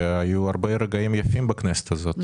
שהיו גם הרבה רגעים יפים בכנסת הזאת,